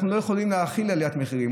אנחנו לא יכולים להכיל עליית מחירים.